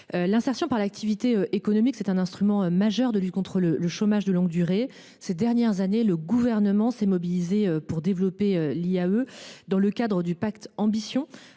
l’insertion par l’activité économique (IAE) est un instrument majeur de lutte contre le chômage de longue durée. Ces dernières années, le Gouvernement s’est mobilisé pour développer l’IAE dans le cadre du Pacte d’ambition,